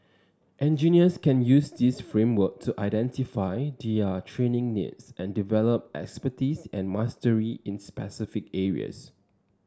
engineers can use this framework to identify their training needs and develop expertise and mastery in specific areas